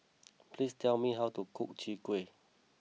please tell me how to cook Chwee Kueh